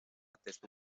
testu